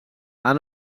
han